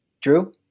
Drew